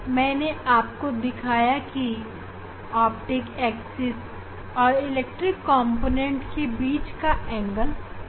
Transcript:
मैंने आपको दिखाया की ऑप्टिक एक्सिस और इलेक्ट्रिक कॉम्पोनेंटके बीच का कोण थीटा है